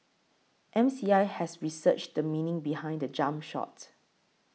M C I has researched the meaning behind the jump shot